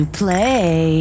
play